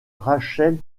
rachel